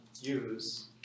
use